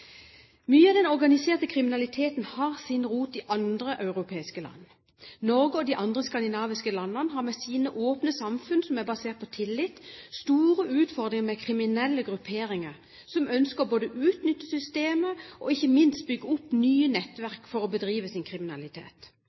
Mye av den organiserte kriminaliteten har sin rot i andre europeiske land. Norge og de andre skandinaviske landene har med sine åpne samfunn som er basert på tillitt, store utfordringer med kriminelle grupperinger som ønsker å utnytte systemet og ikke minst bygge opp nye nettverk for å bedrive sin kriminalitet.